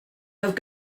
have